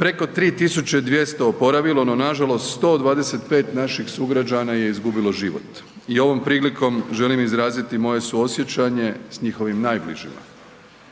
preko 3200 oporavilo, no nažalost, 125 naših sugrađana je izgubilo život i ovom prilikom želim izraziti svoje suosjećanje s njihovim najbližima.